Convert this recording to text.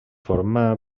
formà